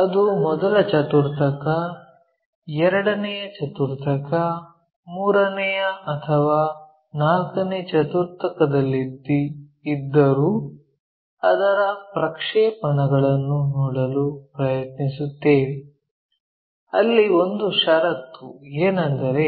ಅದು ಮೊದಲ ಚತುರ್ಥಕ ಎರಡನೆಯ ಚತುರ್ಥಕ ಮೂರನೆಯ ಅಥವಾ ನಾಲ್ಕನೇ ಚತುರ್ಥಕದಲ್ಲಿ ಇದ್ದರೂ ಅದರ ಪ್ರಕ್ಷೇಪಣಗಳನ್ನು ನೋಡಲು ಪ್ರಯತ್ನಿಸುತ್ತೇವೆ ಅಲ್ಲಿ ಒಂದು ಷರತ್ತು ಏನೆಂದರೆ